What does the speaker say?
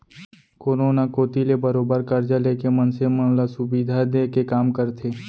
कोनो न कोती ले बरोबर करजा लेके मनसे मन ल सुबिधा देय के काम करथे